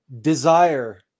desire